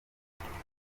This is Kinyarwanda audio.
urutonde